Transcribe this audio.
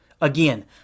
Again